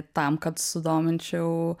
tam kad sudominčiau